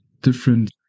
different